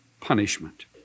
punishment